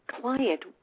client